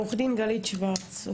עורכת דין גלית שוורץ,